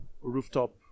rooftop